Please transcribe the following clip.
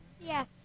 Yes